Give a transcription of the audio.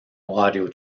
audio